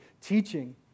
teaching